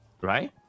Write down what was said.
right